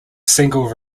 single